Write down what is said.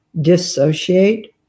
dissociate